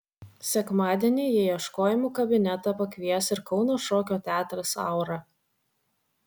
sekmadienį į ieškojimų kabinetą pakvies ir kauno šokio teatras aura